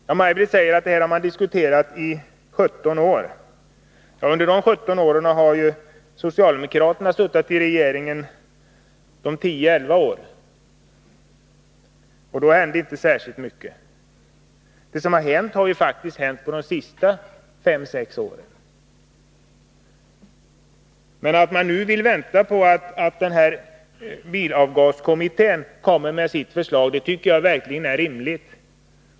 Maj Britt Theorin sade att frågan diskuterats i 17 år. Men under dessa år har ju socialdemokraterna varit i regeringsställning 10-11 år — och då hände inte särskilt mycket. Det som har hänt har faktiskt hänt under de senaste 5-6 åren. Jag tycker verkligen att det är rimligt att vänta på bilavgaskommitténs förslag.